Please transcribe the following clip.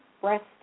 breast